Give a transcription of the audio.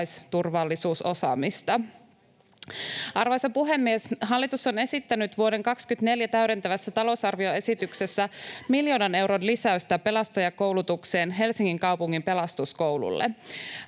kokonaisturvallisuusosaamista. Arvoisa puhemies! Hallitus on esittänyt vuoden 24 täydentävässä talousarvioesityksessä miljoonan euron lisäystä pelastajakoulutukseen Helsingin kaupungin Pelastuskoululle.